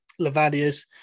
Lavadia's